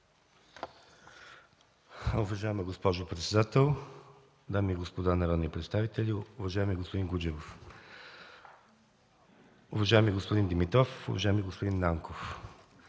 Уважаема госпожо председател, дами и господа народни представители! Уважаеми господин Гуджеров, уважаеми господин Димитров, уважаеми господин Нанков!